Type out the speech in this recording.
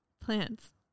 Plants